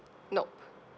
nope